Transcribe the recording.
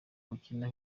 ukina